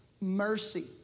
mercy